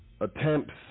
attempts